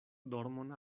dormon